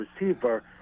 receiver